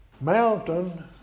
mountain